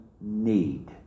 need